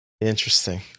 interesting